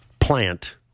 plant